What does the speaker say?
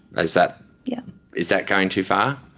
is that yeah is that going too far?